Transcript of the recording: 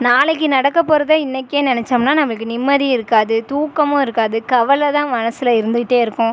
நாளைக்கு நடக்கப்போகிறத இன்றைக்கே நினச்சோம்னா நமக்கு நிம்மதி இருக்காது தூக்கமும் இருக்காது கவலை தான் மனசில் இருந்துக்கிட்டே இருக்கும்